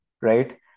right